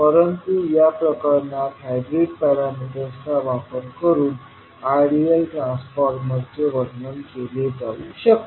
परंतु या प्रकरणात हायब्रीड पॅरामीटर्सचा वापर करून आयडियल ट्रान्सफॉर्मरचे वर्णन केले जाऊ शकते